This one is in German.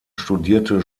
studierte